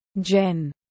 Jen